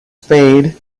spade